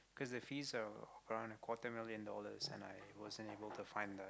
cause the fees are around a quarter million dollars and I wasn't able to find the